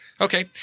okay